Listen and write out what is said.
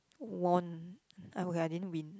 won okay I didn't win